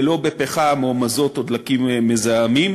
ולא בפחם או מזוט או דלקים מזהמים.